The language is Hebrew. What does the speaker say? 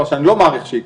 דבר שאני לא מעריך שיקרה,